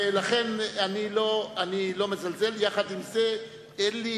לכן, אני לא מזלזל, יחד עם זה אין לי